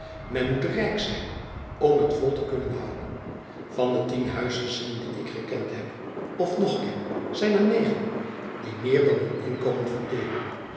men moet rijk zijn om het vol te kunnen houden van de tien huisgezinnen die ik gekend heb of nog ken zijn er negen die meer dan hun inkomen verteeren